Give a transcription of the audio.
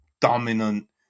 dominant